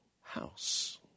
house